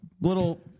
little